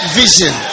vision